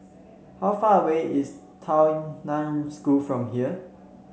how far away is Tao Nan School from here